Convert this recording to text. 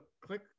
click